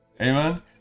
Amen